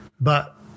But-